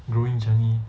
growing journey